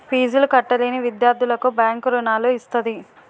ఫీజులు కట్టలేని విద్యార్థులకు బ్యాంకు రుణాలు ఇస్తది